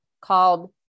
called